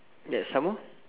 ya some more